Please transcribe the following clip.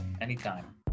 anytime